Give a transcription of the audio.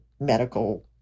medical